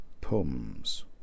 poems